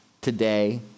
today